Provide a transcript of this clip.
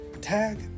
Tag